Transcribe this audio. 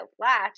latch